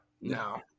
no